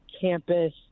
campus